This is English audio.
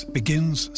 begins